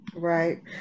Right